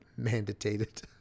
mandated